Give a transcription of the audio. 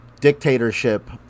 dictatorship